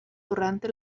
durante